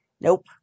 nope